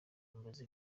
mbaze